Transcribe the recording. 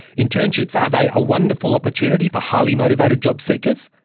internships, are they a wonderful opportunity for highly motivated jobseekers,